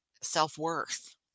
self-worth